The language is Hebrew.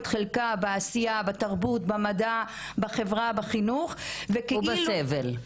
את חלקה בעשיה בתרבות במדע בחברה בחינוך--- ובסבל.